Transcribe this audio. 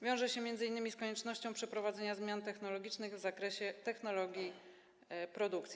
Wiąże się m.in. z koniecznością przeprowadzenia zmian technologicznych w zakresie technologii produkcji.